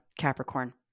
Capricorn